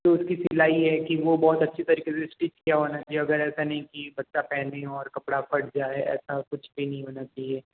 उसकी सिलाई है कि वो बहुत अच्छी तरीके से स्टीच किया होना चाहिए अगर ऐसा नहीं कि बच्चा पहने और कपड़ा फट जाए ऐसा कुछ भी नहीं होना चाहिए